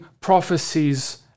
prophecies